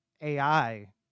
ai